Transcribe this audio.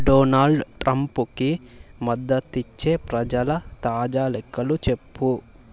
Donald ట్రంప్కి మద్ధత్తిచ్చే ప్రజల తాజా లెక్కలు చెప్పు